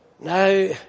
Now